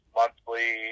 monthly